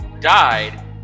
died